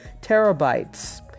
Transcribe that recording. terabytes